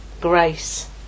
grace